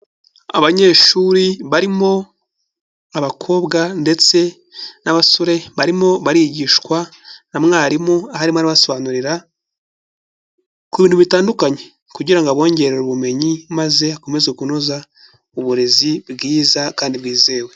Abanyeshuri barimo abakobwa ndetse n'abasore barimo barigishwa na mwarimu aho arimo arabasobanurira ku bintu bitandukanye kugira ngo abongererere ubumenyi, maze akomeze kunoza uburezi bwiza kandi bwizewe.